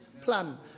Plan